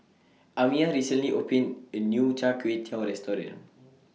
Amiyah recently opened A New Chai Kuay Tow Restaurant